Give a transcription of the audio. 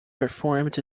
performed